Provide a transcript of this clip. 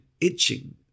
itching